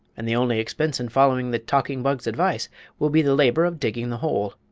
and the only expense in following the talking bug's advice will be the labor of digging the hole.